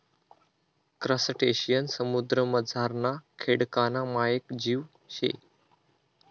crustacean समुद्रमझारना खेकडाना मायेक जीव शे